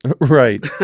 Right